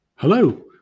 Hello